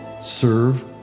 serve